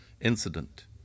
incident